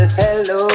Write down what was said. hello